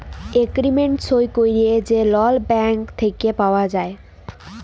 agreement সই ক্যইরে যে লল ব্যাংক থ্যাইকে পাউয়া যায়